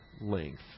length